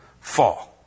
fall